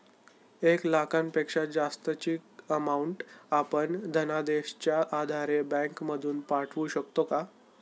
एक लाखापेक्षा जास्तची अमाउंट आपण धनादेशच्या आधारे बँक मधून पाठवू शकतो का?